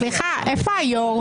סליחה, איפה היו"ר?